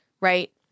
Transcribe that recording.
right